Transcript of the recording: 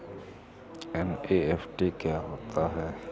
NEFT क्या होता है?